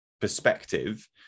perspective